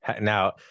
Now